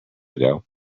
ago